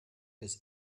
des